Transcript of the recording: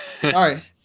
Sorry